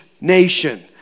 nation